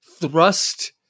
thrust